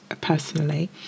personally